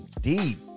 deep